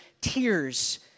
tears